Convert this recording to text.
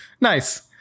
nice